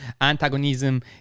antagonism